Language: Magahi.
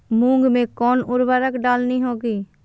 मूंग में कौन उर्वरक डालनी होगी?